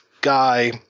guy